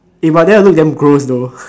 eh but that will look damn gross though